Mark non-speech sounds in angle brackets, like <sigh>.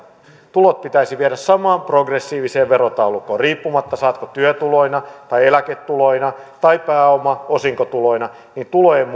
tulot pitäisi viedä samaan progressiiviseen verotaulukkoon riippumatta saatko työtuloina tai eläketuloina tai pääoma osinkotuloina tulojen <unintelligible>